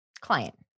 client